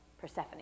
Persephone